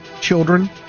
children